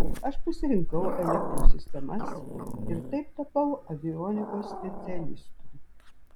aš pasirinkau elektros sistemas ir taip tapau avionikos specialistu